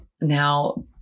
Now